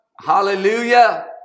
Hallelujah